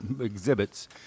exhibits